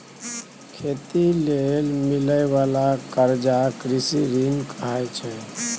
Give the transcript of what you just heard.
खेती लेल मिलइ बाला कर्जा कृषि ऋण कहाइ छै